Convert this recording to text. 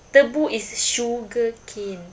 tebu is sugar cane